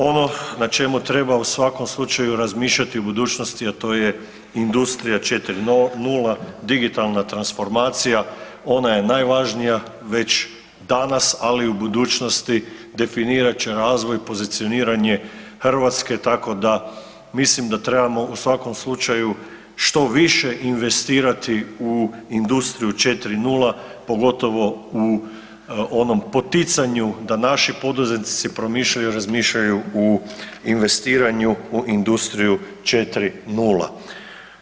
Ono na čemu treba u svakom slučaju razmišljati u budućnosti, a to je Industrija 4.0 digitalna transformacija, ona je najvažnija već danas, ali i u budućnosti definirat će razvoj pozicioniranje Hrvatske, tako da mislim da trebamo u svakom slučaju što više investirati u Industriju 4.0 pogotovo u onom poticanju da naši poduzetnici promišljaju i razmišljaju i investiraju u Industriju 4.0.